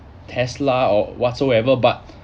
Tesla or whatsoever but